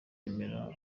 yemera